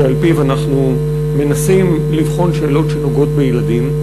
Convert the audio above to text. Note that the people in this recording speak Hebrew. שעל-פיו אנחנו מנסים לבחון שאלות שנוגעות בילדים.